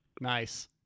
Nice